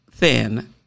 thin